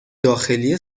داخلی